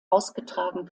ausgetragen